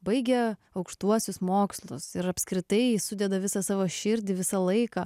baigę aukštuosius mokslus ir apskritai sudeda visą savo širdį visą laiką